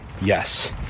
Yes